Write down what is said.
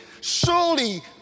surely